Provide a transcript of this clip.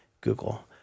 Google